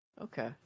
Okay